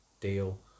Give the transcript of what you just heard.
deal